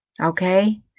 okay